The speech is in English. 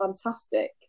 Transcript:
fantastic